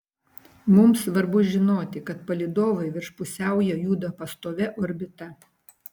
mums svarbu žinoti kad palydovai virš pusiaujo juda pastovia orbita